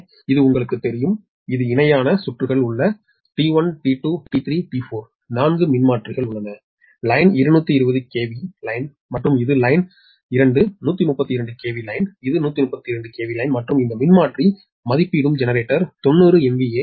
எனவே இது உங்களுக்குத் தெரியும் இது இணையான சுற்றுகள் உள்ளன T1 T2 T3 T4 4 மின்மாற்றிகள் உள்ளன லைன் 220 KV லைன் மற்றும் இது லைன் 2 132 KV லைன் இது 132 KV லைன் மற்றும் இந்த மின்மாற்றி மதிப்பீடும் ஜெனரேட்டர் 90 எம்